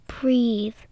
breathe